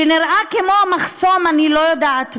שנראה כמו מחסום, כמו אני לא יודעת מה,